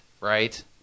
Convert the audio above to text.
right